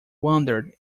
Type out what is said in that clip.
wondered